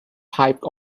pipe